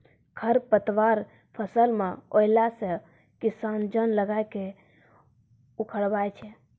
खरपतवार फसल मे अैला से किसान जन लगाय के उखड़बाय छै